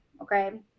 okay